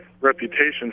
reputation